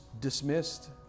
dismissed